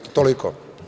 Toliko.